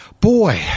boy